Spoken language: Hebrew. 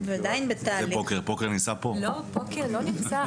לא, פוקר לא נמצא.